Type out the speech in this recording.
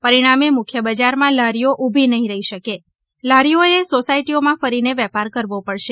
પરિણામે મુખ્ય બજારમાં લારીઓ ઉભી નઠી રહી શકે લારીઓએ સોસાયટીમાં ફરીને વેપાર કરવો પડશે